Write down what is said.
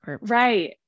Right